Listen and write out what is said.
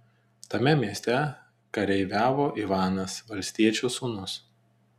tame mieste kareiviavo ivanas valstiečio sūnus